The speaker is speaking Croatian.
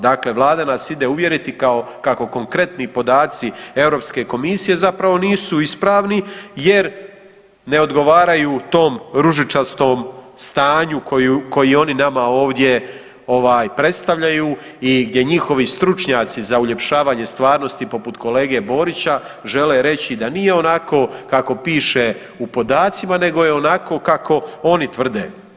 Dakle, vlada nas ide uvjeriti kao kako konkretni podaci Europske komisije zapravo nisu ispravni jer ne odgovaraju tom ružičastom stanju koji oni nama ovdje ovaj predstavljaju i gdje njihovi stručnjaci za uljepšavanje stvarnosti poput kolege Borića žele reći da nije onako kako piše u podacima nego je onako kako oni tvrde.